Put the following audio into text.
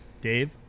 Dave